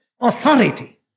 Authority